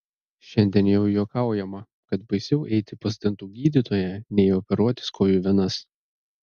šiandien jau juokaujama kad baisiau eiti pas dantų gydytoją nei operuotis kojų venas